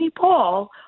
Paul